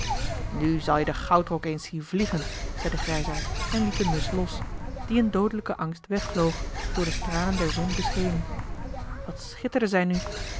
nu zal je den goudrok eens zien vliegen zei de grijsaard en liet de musch los die in doodelijken angst wegvloog door de stralen der zon beschenen wat schitterde zij nu